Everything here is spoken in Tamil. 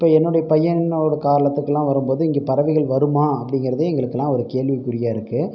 இப்போ என்னுடைய பையனோடய காலத்துக்குலாம் வரும் போது இங்க பறவைகள் வருமா அப்படிங்கறதே எங்களுக்குலாம் ஒரு கேள்விக்குறியாக இருக்குது